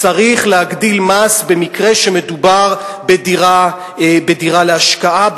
צריך להגדיל מס במקרה שמדובר בדירה להשקעה,